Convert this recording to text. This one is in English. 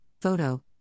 Photo